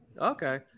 Okay